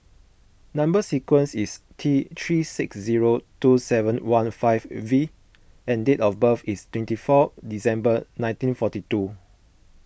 Number Sequence is T three six zero two seven one five V and date of birth is twenty four December nineteen forty two